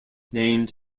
named